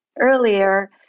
earlier